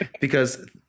Because-